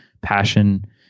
passion